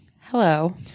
Hello